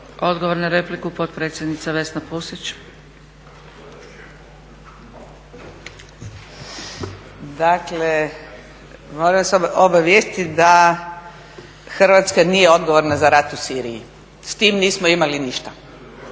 Odgovor na repliku, potpredsjednica Vesna Pusić. **Pusić, Vesna (HNS)** Dakle, moram vas obavijestit da Hrvatska nije odgovorna za rat u Siriji, s tim nismo imali ništa.